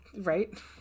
Right